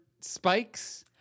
spikes